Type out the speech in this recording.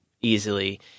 easily